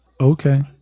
Okay